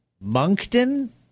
Moncton